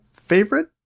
favorite